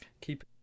keep